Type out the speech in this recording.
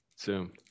Zoom